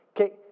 Okay